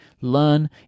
learn